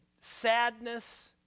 sadness